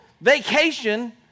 vacation